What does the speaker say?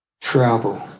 travel